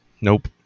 Nope